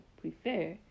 prefer